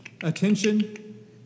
Attention